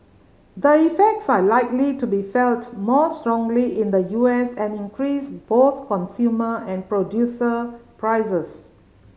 the effects are likely to be felt more strongly in the U S and increase both consumer and producer prices